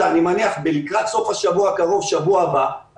אני מניח לקראת סוף השבוע הקרוב ובשבוע הבא,